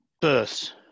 births